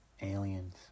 aliens